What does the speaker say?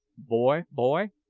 boy, boy,